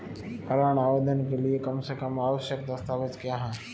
ऋण आवेदन के लिए कम से कम आवश्यक दस्तावेज़ क्या हैं?